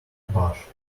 bush